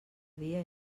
dia